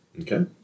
Okay